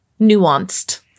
nuanced